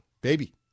baby